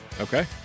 Okay